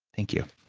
thank you